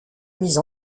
mise